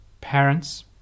parents